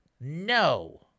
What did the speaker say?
No